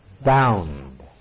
bound